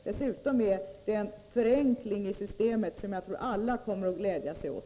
Dessutom innebär detta en förenkling i systemet som jag tror alla kommer att glädjas åt.